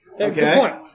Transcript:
Okay